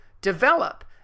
develop